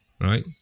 right